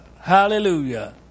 hallelujah